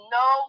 no